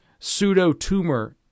pseudotumor